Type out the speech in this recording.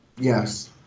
Yes